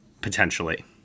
Potentially